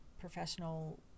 professional